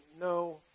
no